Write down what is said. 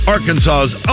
Arkansas's